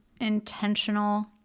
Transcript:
intentional